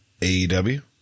AEW